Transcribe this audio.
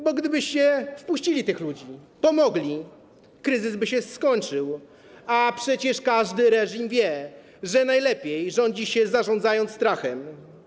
Bo gdybyście wpuścili tych ludzi, pomogli im, kryzys by się skończył, a przecież każdy reżim wie, że najlepiej rządzi się, zarządzając strachem.